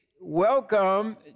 welcome